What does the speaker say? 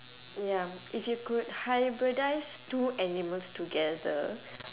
ya if you could hybridise two animals together